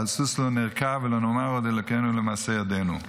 "על סוס לא נרכב ולא נאמר עוד אלֹהינו למעשה ידינו".